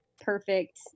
perfect